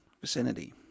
vicinity